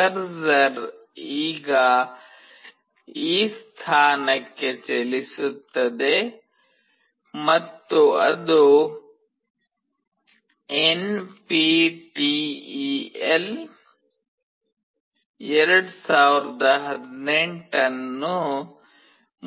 cursor ಈಗ ಈ ಸ್ಥಾನಕ್ಕೆ ಚಲಿಸುತ್ತದೆ ಮತ್ತು ಅದು ಎನ್ಪಿಟಿಇಎಲ್ 2018 ಅನ್ನು